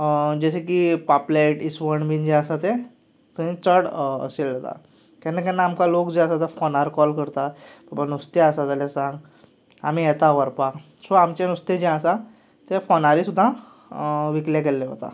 जशें की पापलेट इसवण बी आसा तें थंय चड सेल जाता केन्ना केन्ना आमकां लोक जे आसात ते फोनार कॉल करतात बाबा नुस्तें आसा जाल्या सांग आमीं येतात व्हरपाक सो आमचें नुस्तें जें आसा तें फोनारय सुद्दां विकलें गेल्लें वता